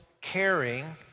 caring